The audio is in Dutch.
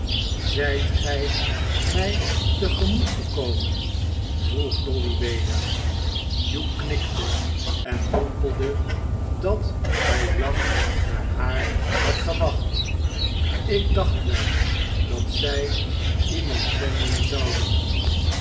zijt gij mij te gemoet gekomen vroeg dolly weder hugh knikte en mompelde dat hij lang naar haar had gewacht ik dacht wel dat zij iemand zenden zouden